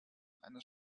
eines